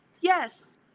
Yes